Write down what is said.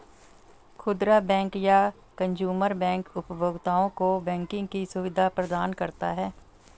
खुदरा बैंक या consumer bank उपभोक्ताओं को बैंकिंग की सुविधा प्रदान करता है